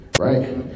right